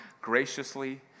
graciously